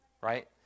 right